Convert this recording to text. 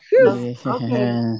Okay